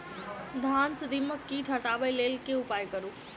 धान सँ दीमक कीट हटाबै लेल केँ उपाय करु?